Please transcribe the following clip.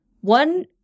one